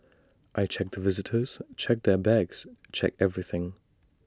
I check the visitors check their bags check everything